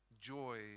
joy